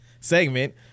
segment